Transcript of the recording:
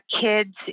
kids